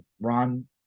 Ron